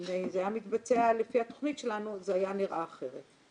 אם זה היה מתבצע לפי התכנית שלנו זה היה נראה אחרת.